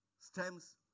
stems